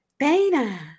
dana